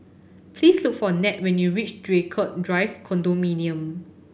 please look for Ned when you reach Draycott Drive Condominium